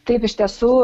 taip iš tiesų